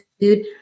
food